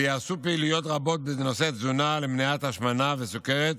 וייעשו פעילויות רבות בנושא תזונה למניעת השמנה וסוכרת